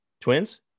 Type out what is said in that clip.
twins